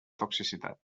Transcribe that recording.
toxicitat